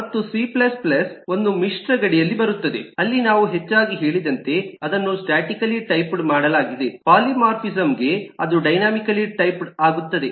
ಮತ್ತು C C ಒಂದು ಮಿಶ್ರ ಗಡಿಯಲ್ಲಿ ಬರುತ್ತದೆ ಅಲ್ಲಿ ನಾನು ಹೆಚ್ಚಾಗಿ ಹೇಳಿದಂತೆ ಅದನ್ನು ಸ್ಟಾಟಿಕಲಿ ಟೈಪ್ಡ್ ಮಾಡಲಾಗಿದೆ ಪಾಲಿಮಾರ್ಫಿಸಂ ಗೆ ಅದು ಡೈನಾಮಿಕಲಿ ಟೈಪ್ಡ್ ಆಗುತ್ತದೆ